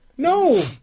No